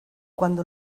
cuando